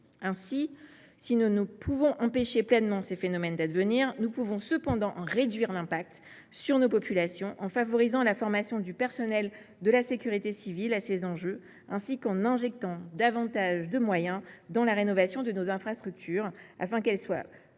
Aussi, si nous ne pouvons empêcher pleinement ces phénomènes d’advenir, nous pouvons cependant en réduire l’impact sur nos populations, en favorisant la formation du personnel de la sécurité civile à ces enjeux, ainsi qu’en injectant davantage de moyens dans la rénovation de nos infrastructures, afin que celles ci soient plus